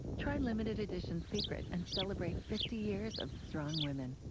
try limited edition secret and celebrate fifty years of strong women.